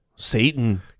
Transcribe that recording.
Satan